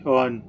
on